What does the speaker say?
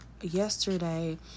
yesterday